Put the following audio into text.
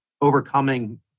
overcoming